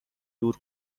دور